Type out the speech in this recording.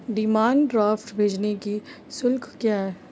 Demand draft भेजने का शुल्क क्या है?